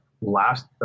last